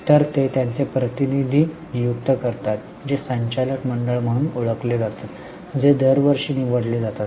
तर ते त्यांचे प्रतिनिधी नियुक्त करतात जे संचालक मंडळ म्हणून ओळखले जातात जे दर वर्षी निवडले जातात